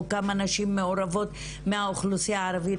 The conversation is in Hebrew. כמה נשים מעורבות מהאוכלוסיה הערבית,